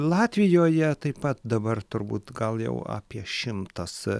latvijoje taip pat dabar turbūt gal jau apie šimtas